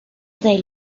they